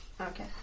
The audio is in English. Okay